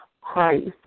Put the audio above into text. Christ